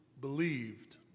believed